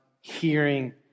hearing